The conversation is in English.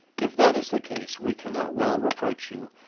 if that is the case we can not well reproach you.